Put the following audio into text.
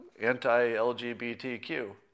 anti-LGBTQ